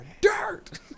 dirt